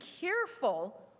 careful